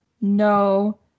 no